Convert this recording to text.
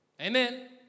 Amen